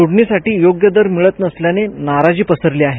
तोडणीसाठी योग्य दर मिळत नसल्याने नाराजी आहे